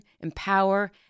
empower